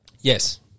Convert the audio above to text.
Yes